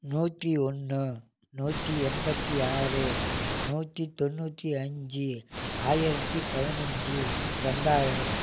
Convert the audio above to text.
நூற்றி ஒன்று நூற்றி எம்பத்து ஆறு நூற்றி தொண்ணூற்றி அஞ்சு ஆயிரத்து பதினஞ்சு ரெண்டாயிரம்